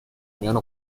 میان